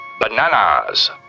bananas